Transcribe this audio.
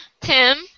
Tim